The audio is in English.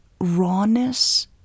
rawness